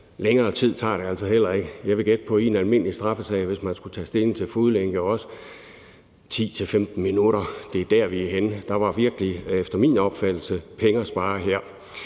længere tid tager det altså heller ikke. Jeg vil gætte på, at det i en almindelig straffesag, hvor man også skulle tage stilling til fodlænke, ville tage 10-15 minutter – det er der, vi er henne. Der var virkelig efter min opfattelse penge at spare her.